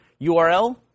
URL